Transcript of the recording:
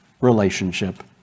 relationship